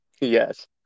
Yes